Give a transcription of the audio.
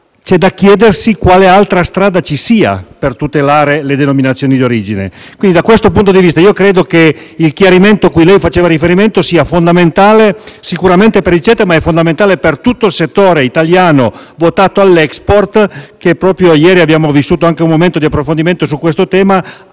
c'è da chiedersi quale altra strada ci sia per tutelare le denominazioni d'origine. Quindi, da questo punto di vista, credo che il chiarimento cui lei faceva riferimento sia sicuramente fondamentale per il CETA, ma credo anche per tutto il settore italiano votato all'*export*, che (proprio ieri abbiamo vissuto un momento di approfondimento su questo tema)